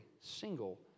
single